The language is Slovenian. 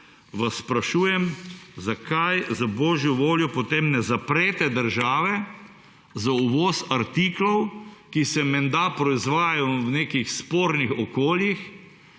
sprašujem, zakaj za božjo voljo potem ne zaprete države za uvoz artiklov, ki se menda proizvajajo v nekih spornih okoljih,